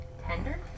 tender